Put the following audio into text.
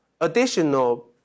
additional